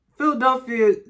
Philadelphia